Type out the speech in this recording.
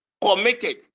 committed